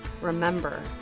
remember